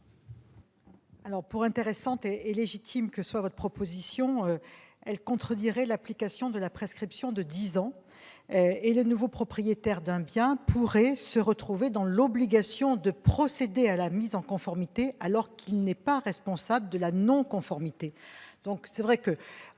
? Pour intéressante et légitime que soit votre proposition, monsieur Richard, elle contredirait l'application de la prescription de dix ans, et le nouveau propriétaire d'un bien pourrait se retrouver dans l'obligation de procéder à la mise en conformité, alors qu'il n'est pas responsable de la non-conformité.